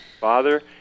Father